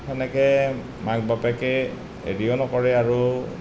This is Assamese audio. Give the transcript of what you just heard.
সেনেকৈ মাক বাপেকে হেৰিও নকৰে আৰু